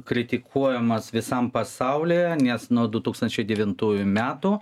kritikuojamas visam pasaulyje nes nuo du tūkstančiai devintųjų metų